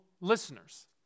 listeners